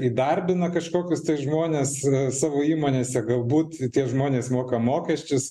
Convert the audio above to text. įdarbina kažkokius žmones savo įmonėse galbūt tie žmonės moka mokesčius